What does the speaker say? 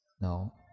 No